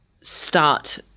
start